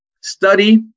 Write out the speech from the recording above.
study